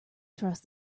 trust